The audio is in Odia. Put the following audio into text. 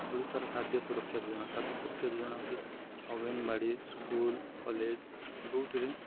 ଓଡ଼ିଶାର ଖାଦ୍ୟ ସୁରକ୍ଷା ଯୋଜନା ଖାଦ୍ୟ ସୁରକ୍ଷା ଯୋଜନା ହେଉଛି ଅଙ୍ଗନବାଡ଼ି ସ୍କୁଲ୍ କଲେଜ୍ ଯେଉଁଥିରେ